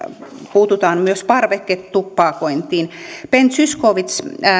puututaan myös parveketupakointiin ben zyskowicz